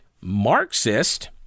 Marxist